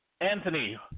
Anthony